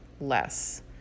less